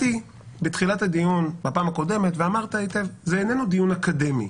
בתחילת הדיון שאלתי ואתה אמרת היטב שזה לא דיון אקדמי.